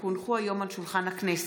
היום יום שני,